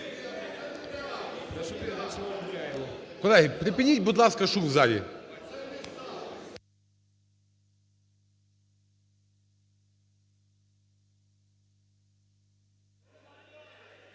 Колеги, припиніть, будь ласка, шум в залі!